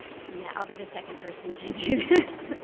yeah, i'll be the second person to do this.